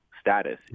status